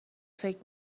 فکر